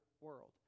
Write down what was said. world